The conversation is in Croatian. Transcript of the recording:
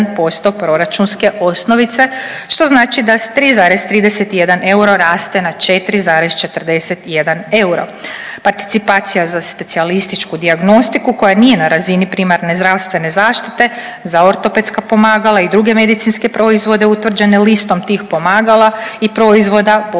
na 1% proračunske osnovice što znači da s 3,31 euro raste na 4,41 euro. Participacija za specijalističku dijagnostiku koja nije na razini primarne zdravstvene zaštite za ortopedska pomagala i druge medicinske proizvode utvrđene listom tih pomagala i proizvoda podiže